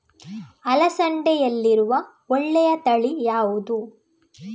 ಅಲಸಂದೆಯಲ್ಲಿರುವ ಒಳ್ಳೆಯ ತಳಿ ಯಾವ್ದು?